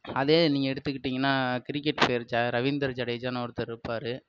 அதே நீங்கள் எடுத்துக்கிட்டிங்கன்னா கிரிக்கெட் பிளேயர் ஜ ரவீந்தர் ஜடேஜானு ஒருத்தர் இருப்பாரு